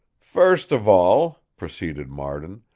first of all, proceeded marden,